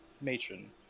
matron